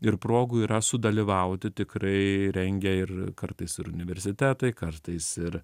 ir progų yra sudalyvauti tikrai rengia ir kartais ir universitetai kartais ir